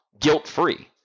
guilt-free